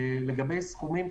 לגבי סכומים,